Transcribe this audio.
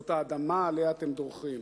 זאת האדמה שעליה אתם דורכים.